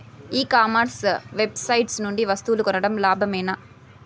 ఈ commerce website నుండి వస్తువులు కొనడం లాభమేనా?